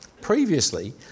Previously